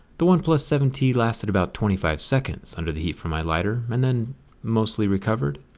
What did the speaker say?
the oneplus seven t lasted about twenty five seconds under the heat from my lighter, and then mostly recovered.